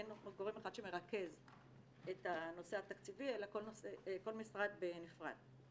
אין גורם אחד שמרכז את הנושא התקציבי אלא כל משרד בנפרד.